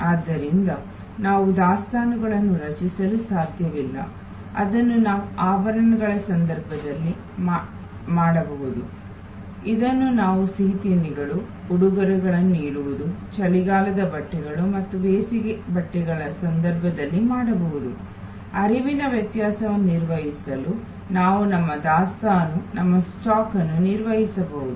ಆದ್ದರಿಂದ ನಾವು ದಾಸ್ತಾನುಗಳನ್ನು ರಚಿಸಲು ಸಾಧ್ಯವಿಲ್ಲ ಅದನ್ನು ನಾವು ಆಭರಣಗಳ ಸಂದರ್ಭದಲ್ಲಿ ಮಾಡಬಹುದು ಇದನ್ನು ನಾವು ಸಿಹಿತಿಂಡಿಗಳು ಉಡುಗೊರೆಗಳನ್ನು ನೀಡುವುದು ಚಳಿಗಾಲದ ಬಟ್ಟೆಗಳು ಮತ್ತು ಬೇಸಿಗೆ ಬಟ್ಟೆಗಳ ಸಂದರ್ಭದಲ್ಲಿ ಮಾಡಬಹುದು ಹರಿವಿನ ವ್ಯತ್ಯಾಸವನ್ನು ನಿರ್ವಹಿಸಲು ನಾವು ನಮ್ಮ ದಾಸ್ತಾನು ನಮ್ಮ ಸ್ಟಾಕ್ ಅನ್ನು ನಿರ್ವಹಿಸಬಹುದು